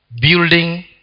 building